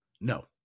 No